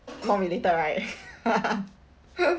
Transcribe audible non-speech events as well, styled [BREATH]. [NOISE] more related right [LAUGHS] [BREATH]